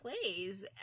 plays